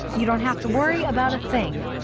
you don't have to worry about a thing